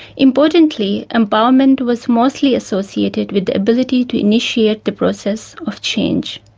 importantly, empowerment was mostly associated with the ability to initiate the process of change.